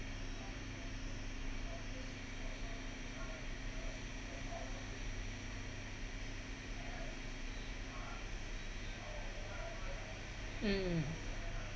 mm